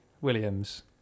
Williams